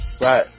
Right